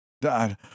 Dad